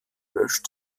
löscht